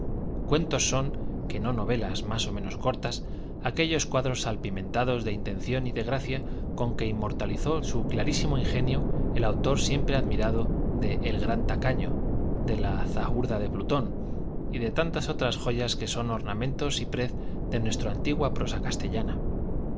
cuentos son que no novelas más ó menos cortas aquellos cuadros salpimentados de intención y de gracia con que inmortalizó su clarísimo ingenio el autor siempre admirable del gran tacaño de la zahurda de plutón y de tantas otras joyas que son orna mento y prez de nuestra antigua prosa castellana